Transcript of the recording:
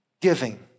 giving